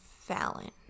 Fallon